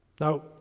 Now